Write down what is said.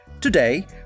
Today